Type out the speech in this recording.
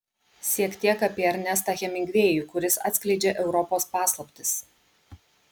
siek tiek apie ernestą hemingvėjų kuris atskleidžia europos paslaptis